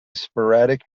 sporadic